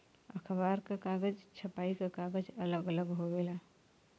अखबार क कागज, छपाई क कागज अलग अलग होवेला